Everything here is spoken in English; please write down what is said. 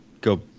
go